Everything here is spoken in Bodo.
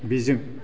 बिजों